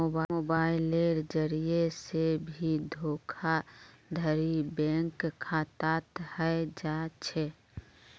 मोबाइलेर जरिये से भी धोखाधडी बैंक खातात हय जा छे